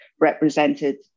represented